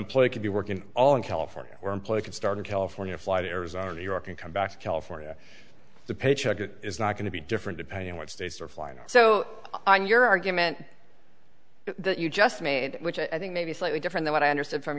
employee could be working all in california where employers can start in california florida arizona or new york and come back to california the paycheck it is not going to be different depending on what states are flying or so on your argument that you just made which i think maybe slightly different than what i understood from